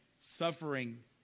suffering